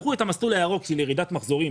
לקחו את המסלול הירוק של ירידת מחזורים,